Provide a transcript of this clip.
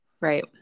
Right